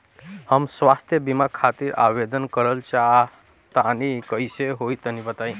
हम स्वास्थ बीमा खातिर आवेदन करल चाह तानि कइसे होई तनि बताईं?